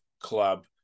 club